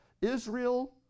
Israel